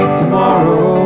tomorrow